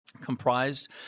comprised